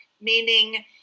meaning